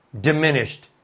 diminished